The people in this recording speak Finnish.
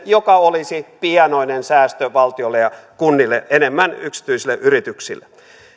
joka olisi pienoinen säästö valtiolle ja kunnille enemmän yksityisille yrityksille